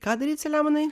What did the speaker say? ką daryt saliamonai